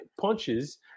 punches